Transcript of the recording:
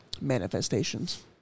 Manifestations